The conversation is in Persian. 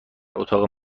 اتاق